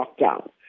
lockdown